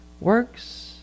works